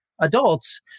adults